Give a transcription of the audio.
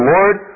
Lord